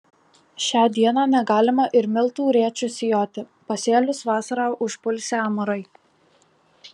šią dieną negalima ir miltų rėčiu sijoti pasėlius vasarą užpulsią amarai